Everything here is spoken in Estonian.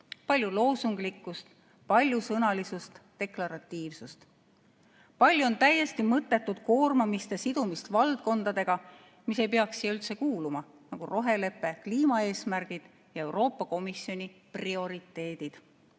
palju loosunglikkust, paljusõnalisust ja deklaratiivsust. Palju on täiesti mõttetut koormamist ja sidumist valdkondadega, mis ei peaks siia üldse kuuluma, nagu rohelepe, kliimaeesmärgid ja Euroopa Komisjoni prioriteedid.